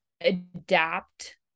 adapt